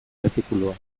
artikulua